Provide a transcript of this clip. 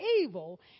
evil